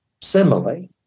simile